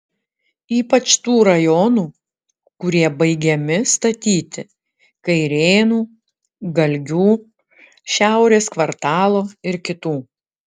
ypač tų rajonų kurie baigiami statyti kairėnų galgių šiaurės kvartalo ir kitų